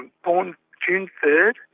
and born june third,